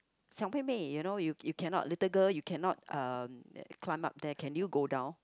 小：xiao 妹妹 you know you you cannot little girl you cannot um uh climb up there can you go down